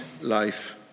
life